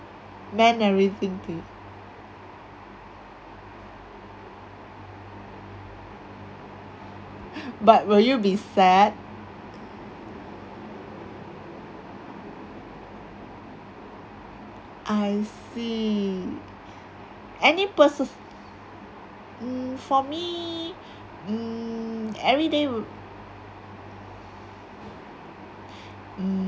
meant everything to but will you be sad I see any person mm for me mm everyday will mm